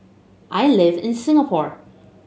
I live in Singapore